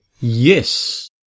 Yes